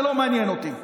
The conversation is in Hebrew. זה לא מעניין אותי.